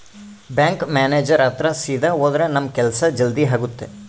bank manager ಹತ್ರ ಸೀದಾ ಹೋದ್ರ ನಮ್ ಕೆಲ್ಸ ಜಲ್ದಿ ಆಗುತ್ತೆ